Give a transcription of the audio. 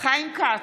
חיים כץ,